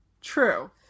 True